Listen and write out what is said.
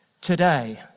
Today